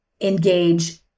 engage